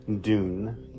Dune